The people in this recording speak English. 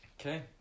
Okay